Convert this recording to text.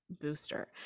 booster